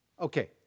Okay